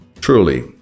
Truly